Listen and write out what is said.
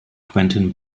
quentin